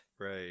Right